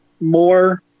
more